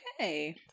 Okay